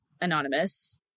anonymous